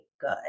good